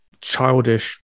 childish